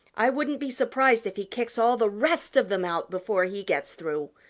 i wouldn't be surprised if he kicks all the rest of them out before he gets through.